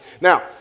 Now